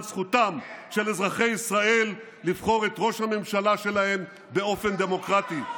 זכותם של אזרחי ישראל לבחור את ראש הממשלה שלהם באופן דמוקרטי.